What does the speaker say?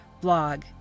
blog